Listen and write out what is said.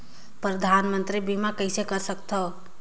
परधानमंतरी बीमा कइसे कर सकथव?